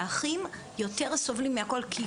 והאחים יותר סובלים מהכל,